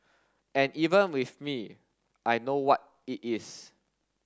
and even with me I know what it is